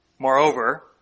Moreover